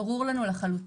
ברור לנו לחלוטין,